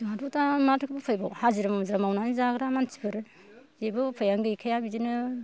जोंहाथ' दा माथो उफायबाव हाजिरा मुजिरा मावनानै जाग्रा मानसिफोर जेबो उफायानो गैखाया बिदिनो